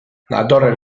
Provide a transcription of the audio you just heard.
datorren